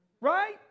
right